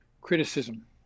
criticism